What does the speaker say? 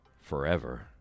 forever